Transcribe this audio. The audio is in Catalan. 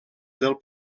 del